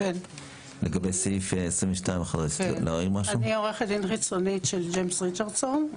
לגבי סעיף 22. אני עו"ד חיצונית של ג'יימס ריצ'רדסון.